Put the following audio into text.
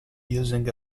using